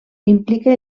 implica